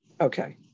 Okay